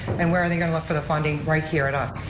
and where are they going to look for the funding, right here, at us.